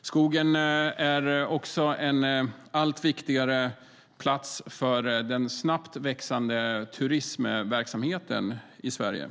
Skogen är också en allt viktigare plats för den snabbt växande turismverksamheten i Sverige.